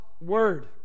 Word